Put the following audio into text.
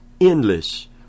endless